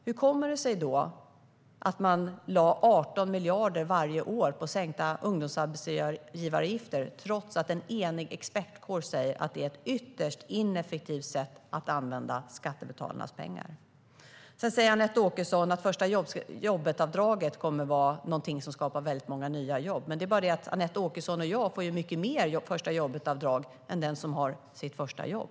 Hur kommer det sig då att man lade 18 miljarder varje år på sänkta ungdomsarbetsgivaravgifter, trots att en enig expertkår sa att det är ett ytterst ineffektivt sätt att använda skattebetalarnas pengar? Anette Åkesson säger att förstajobbetavdraget kommer att vara något som skapar många nya jobb. Men det är bara det att Anette Åkesson och jag får mycket mer förstajobbetavdrag än den som får sitt första jobb.